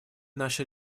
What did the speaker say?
наше